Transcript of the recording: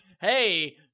Hey